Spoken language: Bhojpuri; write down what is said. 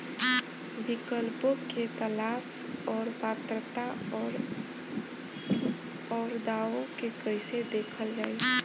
विकल्पों के तलाश और पात्रता और अउरदावों के कइसे देखल जाइ?